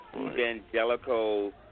evangelical